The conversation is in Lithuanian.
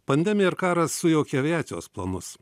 pandemija ir karas sujaukė aviacijos planus